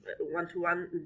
one-to-one